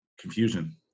Confusion